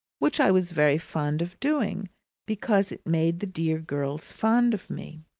which i was very fond of doing because it made the dear girls fond of me.